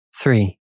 Three